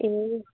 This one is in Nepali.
ए